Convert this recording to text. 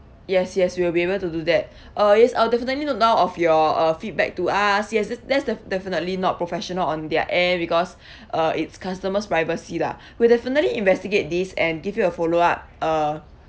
yes yes we will be able to do that uh yes I'll definitely note down of your uh feedback to us yes that that's def~ definitely not professional on their end because uh it's customers' privacy lah we'll definitely investigate this and give you a follow-up uh